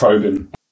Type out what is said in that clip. probing